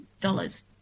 dollars